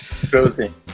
Closing